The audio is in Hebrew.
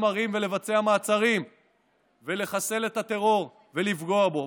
ערים ולבצע מעצרים ולחסל את הטרור ולפגוע בו.